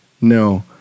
No